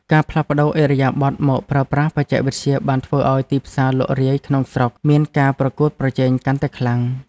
ការផ្លាស់ប្តូរឥរិយាបថមកប្រើប្រាស់បច្ចេកវិទ្យាបានធ្វើឱ្យទីផ្សារលក់រាយក្នុងស្រុកមានការប្រកួតប្រជែងកាន់តែខ្លាំង។